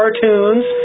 cartoons